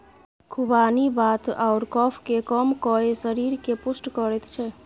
खुबानी वात आओर कफकेँ कम कए शरीरकेँ पुष्ट करैत छै